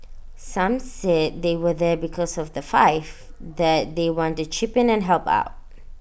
some said they were there because of the five that they wanted to chip in and help out